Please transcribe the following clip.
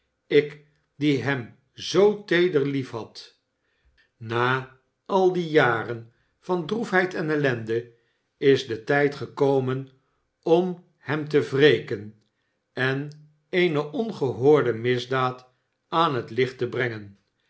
ik die hem zoo teeder liefhad na al die jaren van droefheid en ellende is de tijd gekomen om hem te wreken en eene ongehoorde misdaad aan het licht te brengen